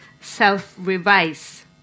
self-revise